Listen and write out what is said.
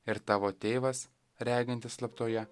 ir tavo tėvas regintis slaptoje